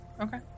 Okay